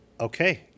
okay